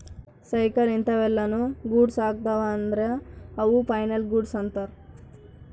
cycle ಇಂತವೆಲ್ಲ ನು goods ಅಗ್ತವ ಅದ್ರ ಅವು ಫೈನಲ್ ಗೂಡ್ಸ್ ಅಂತರ್